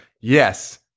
Yes